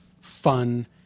fun